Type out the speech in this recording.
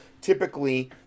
typically